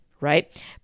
right